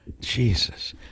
Jesus